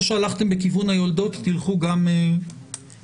כמו שהלכתם בכיוון היולדות, לכו גם כאן.